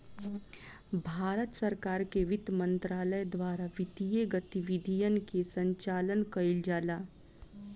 भारत सरकार के बित्त मंत्रालय द्वारा वित्तीय गतिविधियन के संचालन कईल जाला